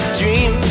dream